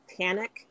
panic